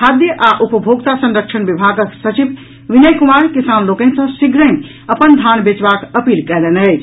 खाद्य आ उपभोक्ता संरक्षण विभागक सचिव विनय कुमार किसान लोकनि सँ शीघ्रहिँ अपन धान बेचबाक अपील कयलनि अछि